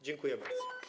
Dziękuję bardzo.